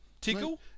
Tickle